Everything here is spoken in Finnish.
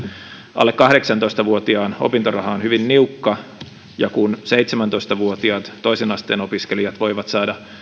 alle kahdeksantoista vuotiaan opintoraha on hyvin niukka kun seitsemäntoista vuotiaat toisen asteen opiskelijat voivat saada